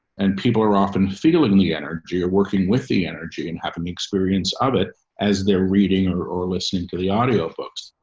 and people are often feeling the energy you're working with the energy and having the experience of it as they're reading or or listening to the audio books.